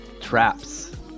traps